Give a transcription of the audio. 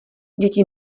děti